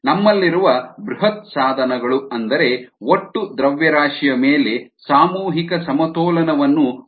ನಮ್ಮಲ್ಲಿರುವ ಬೃಹತ್ ಸಾಧನಗಳು ಅಂದರೆ ಒಟ್ಟು ದ್ರವ್ಯರಾಶಿಯ ಮೇಲೆ ಸಾಮೂಹಿಕ ಸಮತೋಲನವನ್ನು ಮಾಡೋಣ